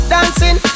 Dancing